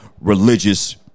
religious